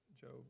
Job